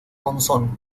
monzón